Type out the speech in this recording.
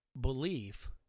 belief